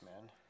man